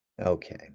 okay